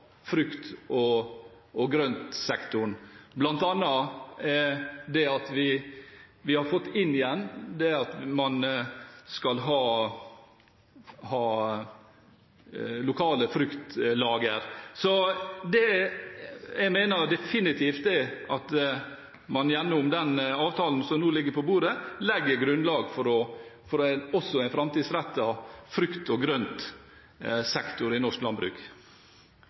frukt- og grøntsektoren, bl.a. det at vi har fått inn igjen at man skal ha lokale fruktlager. Jeg mener definitivt at man gjennom den avtalen som nå ligger på bordet, legger grunnlag for en framtidsrettet frukt- og grøntsektor i norsk landbruk.